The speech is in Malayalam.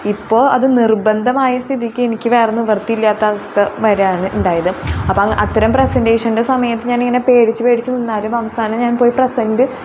ഇപ്പോൾ അത് നിർബന്ധമായ സ്ഥിതിക്ക് എനിക്ക് വേറെ നിവൃത്തിയില്ലാത്ത അവസ്ഥ വരുകയാണ് ഉണ്ടായത് അപ്പം അത്തരം പ്രസൻറ്റേഷൻ്റെ സമയത്ത് ഞാനിങ്ങനെ പേടിച്ച് പേടിച്ച് നിന്നാലും അവസാനം ഞാൻ പോയി പ്രെസൻറ്റ്